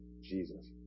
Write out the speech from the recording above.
Jesus